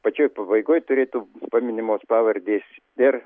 pačioj pabaigoj turėtų būt paminimos pavardės ir